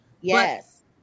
yes